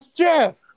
Jeff